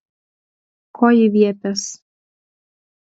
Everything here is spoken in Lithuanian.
ko ji viepias